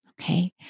Okay